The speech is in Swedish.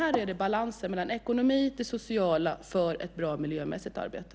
Här är det balansen mellan ekonomin och det sociala för ett bra miljömässigt arbete.